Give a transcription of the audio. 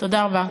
תודה רבה.